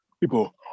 people